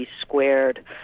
Squared